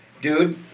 dude